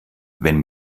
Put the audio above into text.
wenn